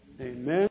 Amen